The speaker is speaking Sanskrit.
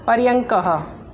पर्यङ्कः